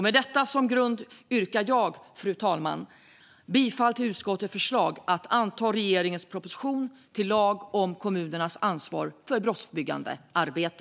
Med detta som grund yrkar jag, fru talman, bifall till utskottets förslag att anta regeringens proposition till lag om kommunernas ansvar för brottsförebyggande arbete.